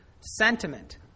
sentiment